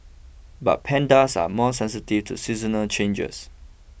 but pandas are more sensitive to seasonal changes